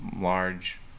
large